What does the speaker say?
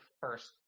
first